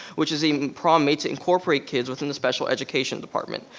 which is a prom made to incorporate kids within the special education department.